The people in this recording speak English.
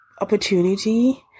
opportunity